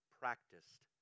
practiced